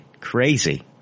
Crazy